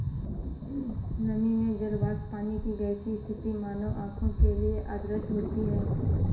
नमी में जल वाष्प पानी की गैसीय स्थिति मानव आंखों के लिए अदृश्य होती है